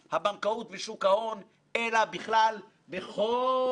לדעתנו יש להכריז על הבנקים כעל קבוצת ריכוז או